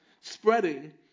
spreading